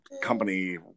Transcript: company